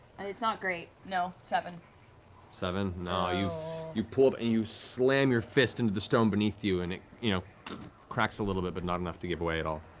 and it's not great, no, seven seven? no, you you pull up and you slam your fist into the stone beneath you, and it you know cracks a little bit, but not enough to give way at all.